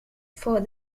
for